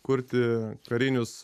kurti karinius